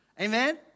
Amen